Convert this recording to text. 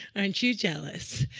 aren't you jealous?